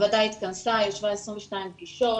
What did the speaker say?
הוועדה התכנסה, ישבה 22 פגישות,